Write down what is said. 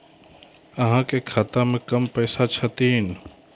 अहाँ के खाता मे कम पैसा छथिन?